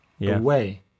away